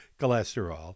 cholesterol